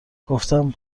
گفتم